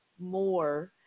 more